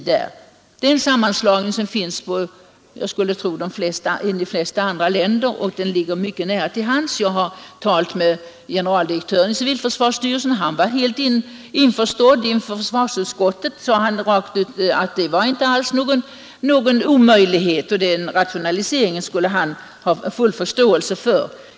Det är en sammanslagning som ligger nära till hands — jag skulle tro att man har det så i de flesta andra länder. Generaldirektören för civilförsvarsstyrelsen är inte främmande för tanken. Inför försvarsutskottet har han förklarat att han skulle ha förståelse för en sådan rationalisering.